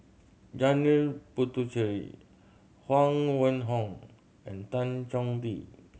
Janil Puthucheary Huang Wenhong and Tan Chong Tee